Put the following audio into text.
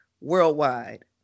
worldwide